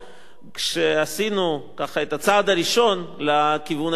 כשעשינו את הצעד הראשון לכיוון החיובי,